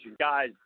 Guys